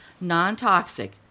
non-toxic